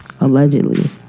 allegedly